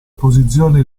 posizione